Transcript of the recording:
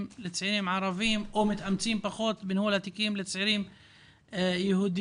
לצעירים ערבים או מתאמצים פחות בניהול התיקים לצעירים יהודים?